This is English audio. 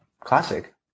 Classic